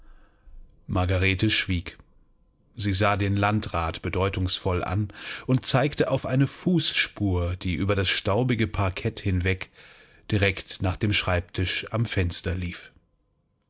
margarete schwieg sie sah den landrat bedeutungsvoll an und zeigte auf eine fußspur die über das staubige parkett hinweg direkt nach dem schreibtisch am fenster lief